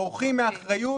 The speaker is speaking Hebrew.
בורחים מאחריות